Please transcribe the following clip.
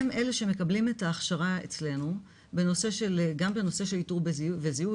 הן אלו שמקבלות את ההכשרה אצלינו גם בנושא של איתור וזיהו,